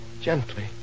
gently